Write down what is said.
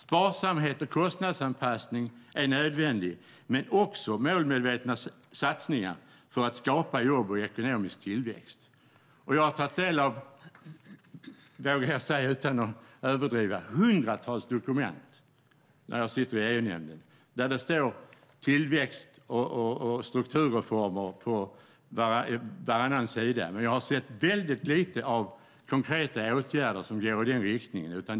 Sparsamhet och kostnadsanpassning är nödvändiga men också målmedvetna satsningar för att skapa jobb och ekonomisk tillväxt. Jag har tagit del av hundratals dokument - det vågar jag säga utan att överdriva - i EU-nämnden där det står "tillväxt" och "strukturreformer" på varannan sida, men jag har sett väldigt lite av konkreta åtgärder som går i den riktningen.